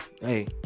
hey